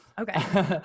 Okay